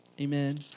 Amen